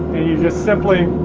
simply